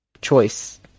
choice